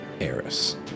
Eris